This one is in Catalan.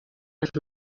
les